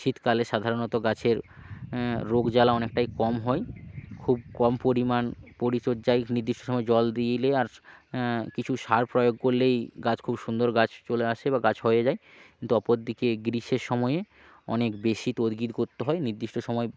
শীতকালে সাধারণত গাছের রোগজ্বালা অনেকটাই কম হয় খুব কম পরিমাণ পরিচর্যায় নির্দিষ্ট সময় জল দিলে আর কিছু সার প্রয়োগ করলেই গাছ খুব সুন্দর গাছ চলে আসে বা গাছ হয়ে যায় কিন্তু অপরদিকে গ্রীষ্মের সময়ে অনেক বেশি তদবির করতে হয় নির্দিষ্ট সময়